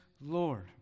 Lord